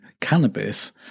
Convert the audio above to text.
cannabis